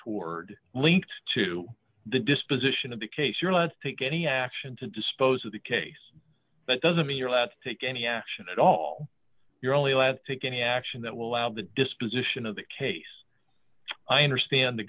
toward linked to the disposition of the case you're allowed to take any action to dispose of the case that doesn't mean you're allowed to take any action at all you're only allowed to take any action that will allow the disposition of the case i understand the